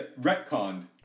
retconned